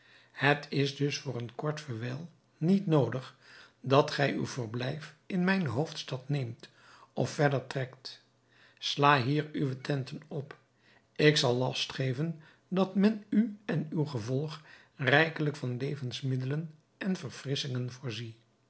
het is dus voor een kort verwijl niet noodig dat gij uw verblijf in mijne hoofdstad neemt of verder trekt sla hier uwe tenten op ik zal last geven dat men u en uw gevolg rijkelijk van levensmiddelen en verfrisschingen voorzie